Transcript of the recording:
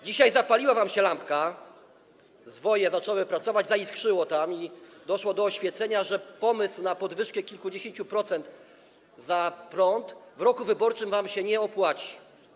Dzisiaj zapaliła wam się lampka, zwoje zaczęły pracować, zaiskrzyło i doszło do oświecenia, że pomysł na podwyżkę w wysokości kilkudziesięciu procent za prąd w roku wyborczym wam się nie opłaci.